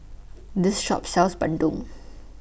This Shop sells Bandung